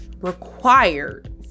required